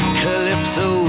calypso